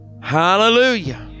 hallelujah